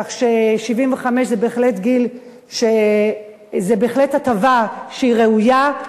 בגיל 75 זו בהחלט הטבה שהיא ראויה.